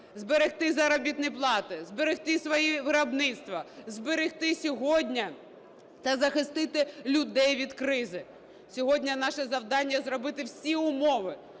зберегти заробітні плати, зберегти свої виробництва, зберегти сьогодні - це захистити людей від кризи. Сьогодні наше завдання – зробити всі умови,